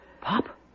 Pop